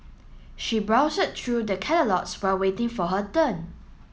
she through the catalogues while waiting for her turn